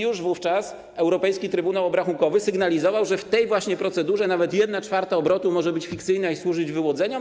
Już wówczas Europejski Trybunał Obrachunkowy sygnalizował, że w tej właśnie procedurze nawet 1/4 obrotu może być fikcyjna i służyć wyłudzeniom.